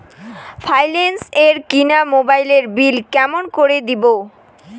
Finance এ কিনা মোবাইলের বিল কেমন করে দিবো?